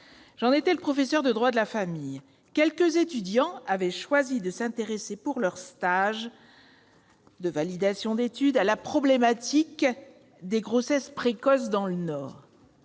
J'en étais le professeur de droit de la famille. Quelques étudiants avaient choisi de s'intéresser, pour leur stage de validation d'études, à la problématique des grossesses précoces dans le Nord,